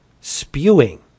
spewing